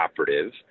operative